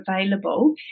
available